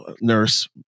nurse